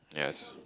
yes